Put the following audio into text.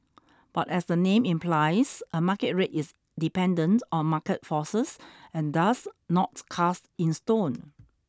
but as the name implies a market rate is dependent on market forces and thus not cast in stone